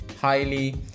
highly